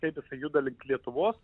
taip juda link lietuvos